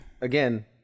again